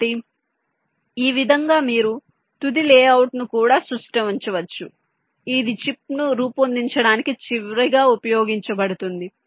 కాబట్టి ఈ విధంగా మీరు తుది లేఅవుట్ను కూడా సృష్టించవచ్చు ఇది చిప్ను రూపొందించడానికి చివరిగా ఉపయోగించబడుతుంది